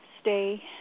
stay